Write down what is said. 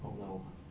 oh no